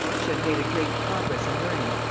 she had made a great progress in learning,